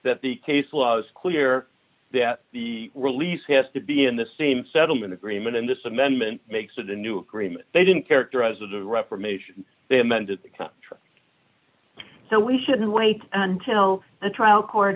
that the case was clear that the release has to be in the same settlement agreement and this amendment makes it a new agreement they didn't characterize of the reformation they amended so we shouldn't wait until the trial co